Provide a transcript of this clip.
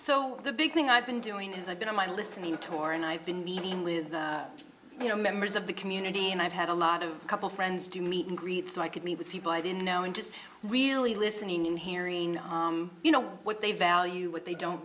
so the big thing i've been doing is i've been on my listening tour and i've been meeting with members of the community and i've had a lot of couple friends do meet and greet so i could meet with people i didn't know and just really listening in hearing you know what they value what they don't